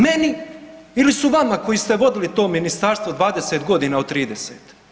Meni ili su vama koji ste vodili to ministarstvo 20.g. od 30.